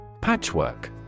Patchwork